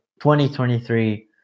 2023